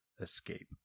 escape